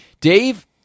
Dave